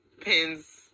pins